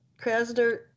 Krasner